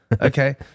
Okay